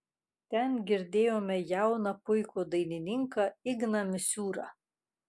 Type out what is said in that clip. ten girdėjome jauną puikų dainininką igną misiūrą